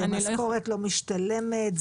המשכורת לא משתלמת?